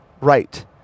right